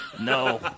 No